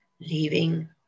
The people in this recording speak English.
leaving